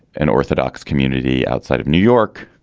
an orthodox community outside of new york,